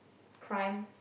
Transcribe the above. crime